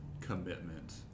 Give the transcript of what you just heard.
commitment